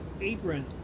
Apron